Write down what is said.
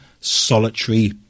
solitary